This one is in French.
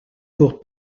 pour